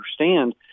understand